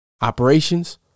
Operations